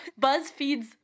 BuzzFeed's